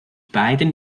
beiden